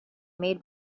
made